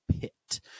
pit